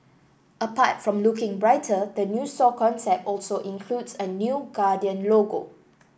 apart from looking brighter the new store concept also includes a new Guardian logo